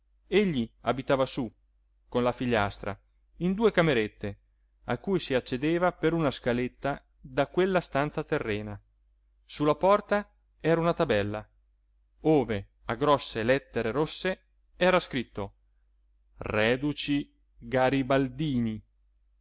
proprietà egli abitava su con la figliastra in due camerette a cui si accedeva per una scaletta da quella stanza terrena su la porta era una tabella ove a grosse lettere rosse era scritto